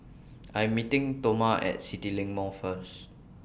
I Am meeting Toma At CityLink Mall First